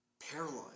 paralyzed